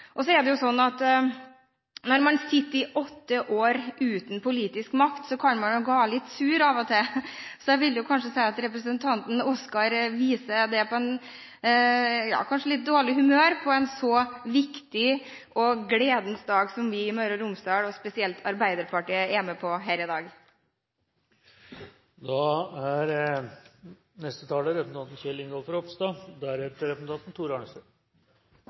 Så er det slik at når man sitter i åtte år uten politisk makt, kan man gå litt sur av og til. Jeg vil si at representanten Grimstad viser litt dårlig humør på en slik gledens dag som vi i Møre og Romsdal – og spesielt vi i Arbeiderpartiet – er med på her i dag. Jeg har behov for å komme med noen merknader knyttet til representanten